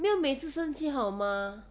没有每次生气好吗